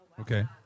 Okay